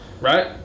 right